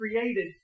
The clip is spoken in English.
created